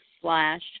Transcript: slash